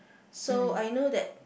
so I know that